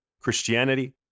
Christianity